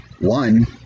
one